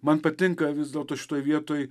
man patinka vis dėlto šitoj vietoj